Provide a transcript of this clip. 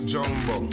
Jumbo